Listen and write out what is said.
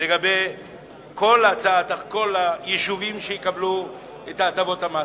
כל היישובים שיקבלו את הטבות המס.